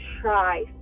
try